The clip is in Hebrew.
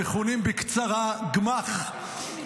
המכונים בקצרה גמ"ח,